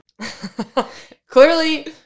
clearly